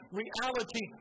reality